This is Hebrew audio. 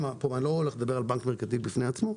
אני לא הולך לדבר על בנק מרכנתיל בפני עצמו,